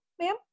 ma'am